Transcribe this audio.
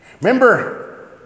Remember